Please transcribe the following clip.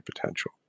potential